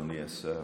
השרים.